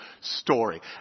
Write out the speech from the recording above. story